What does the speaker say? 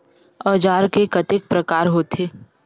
औजार के कतेक प्रकार होथे?